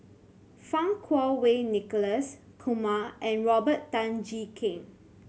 Fang Kuo Wei Nicholas Kumar and Robert Tan Jee Keng